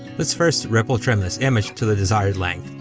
lets first ripple trim this image to the desired length,